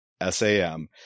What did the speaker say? S-A-M